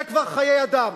זה כבר חיי אדם.